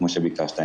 כפי שביקשת.